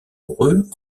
amoureux